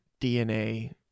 DNA